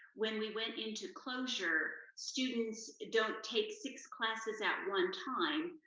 when we went into closure, students don't take six classes at one time,